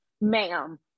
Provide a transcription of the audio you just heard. ma'am